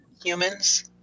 humans